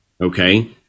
Okay